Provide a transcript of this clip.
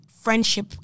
friendship